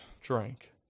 drank